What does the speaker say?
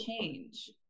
change